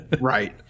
Right